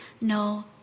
no